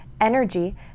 Energy